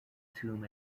tomb